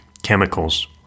chemicals